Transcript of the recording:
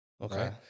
Okay